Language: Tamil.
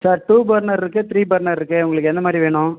சார் டூ பர்னர் இருக்குது த்ரீ பர்னர் இருக்குது உங்களுக்கு எந்தமாதிரி வேணும்